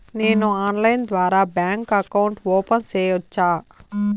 నేను ఆన్లైన్ ద్వారా bank account open సేయొచ్చా?